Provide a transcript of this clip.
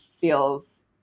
feels